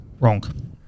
Wrong